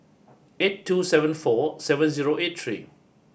eight two seven four seven zero eight three